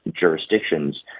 jurisdictions